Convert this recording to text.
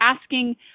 asking